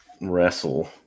Wrestle